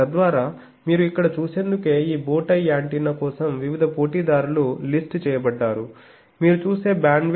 ఇప్పుడు ఇది దానిని చేయగలదని అనిపిస్తుంది మరియు మీరు చూసే డైరెక్టర్స్ లను ఒకదానికి బదులుగా ఎక్కువ లూప్స్ ఉంచవచ్చు తద్వారా డైరెక్టర్ కి ఒక విధమైన విషయం ఇస్తుంది